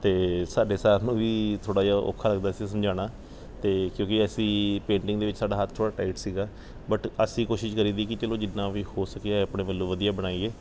ਅਤੇ ਸਾਡੇ ਸਰ ਨੂੰ ਵੀ ਥੋੜ੍ਹਾ ਜਿਹਾ ਔਖਾ ਲੱਗਦਾ ਸੀ ਸਮਝਾਉਣਾ ਅਤੇ ਕਿਉਂਕਿ ਅਸੀਂ ਪੇਂਟਿੰਗ ਦੇ ਵਿੱਚ ਸਾਡਾ ਹੱਥ ਥੋੜ੍ਹਾ ਟਾਈਟ ਸੀਗਾ ਬਟ ਅਸੀਂ ਕੋਸ਼ਿਸ਼ ਕਰੀਦੀ ਕਿ ਚਲੋ ਜਿਤਨਾ ਵੀ ਹੋ ਸਕਿਆ ਆਪਣੇ ਵੱਲੋਂ ਵਧੀਆ ਬਣਾਈਏ